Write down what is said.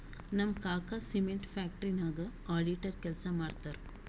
ನಮ್ ಕಾಕಾ cement factory ನಾಗ್ ಅಡಿಟರ್ ಕೆಲ್ಸಾ ಮಾಡ್ತಾರ್